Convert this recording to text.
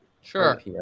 Sure